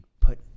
put